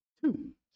two